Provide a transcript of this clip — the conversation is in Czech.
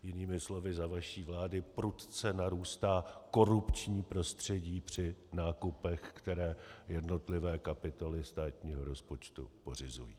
Jinými slovy, za vaší vlády prudce narůstá korupční prostředí při nákupech, které jednotlivé kapitoly státního rozpočtu pořizují.